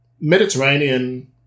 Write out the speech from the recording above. Mediterranean